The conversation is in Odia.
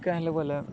କାହିଁଲେ ବୋଇଲେ